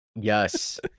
Yes